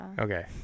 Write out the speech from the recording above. okay